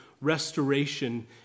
restoration